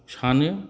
सानो